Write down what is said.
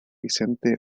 vicente